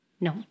no